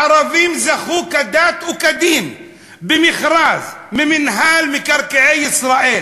ערבים זכו כדת וכדי במכרז ממינהל מקרקעי ישראל.